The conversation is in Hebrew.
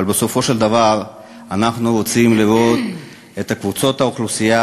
אבל בסופו של דבר אנחנו רוצים לראות את קבוצות האוכלוסייה,